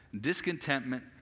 Discontentment